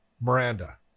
Miranda